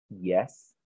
yes